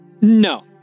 No